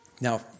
Now